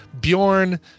Bjorn